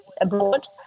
abroad